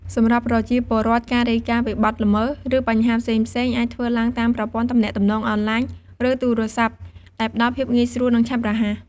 សម្រាប់ប្រជាពលរដ្ឋ ការរាយការណ៍ពីបទល្មើស ឬបញ្ហាផ្សេងៗអាចធ្វើឡើងតាម ប្រព័ន្ធទំនាក់ទំនងអនឡាញ ឬទូរស័ព្ទ ដែលផ្តល់ភាពងាយស្រួល និងឆាប់រហ័ស។